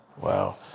Wow